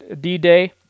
D-Day